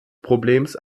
problems